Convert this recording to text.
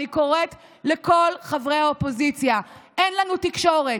ואני קוראת לכל חברי האופוזיציה: אין לנו תקשורת,